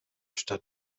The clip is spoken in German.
stadt